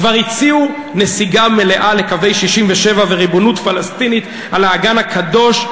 כבר הציעו נסיגה מלאה לקווי 67' וריבונות פלסטינית על האגן הקדוש,